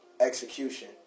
execution